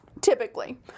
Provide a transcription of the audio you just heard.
typically